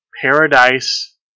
Paradise